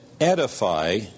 edify